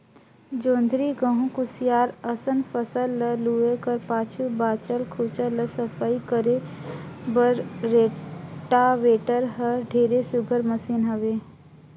जोंधरी, गहूँ, कुसियार असन फसल ल लूए कर पाछू बाँचल खुचल ल सफई करे बर रोटावेटर हर ढेरे सुग्घर मसीन हवे